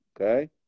okay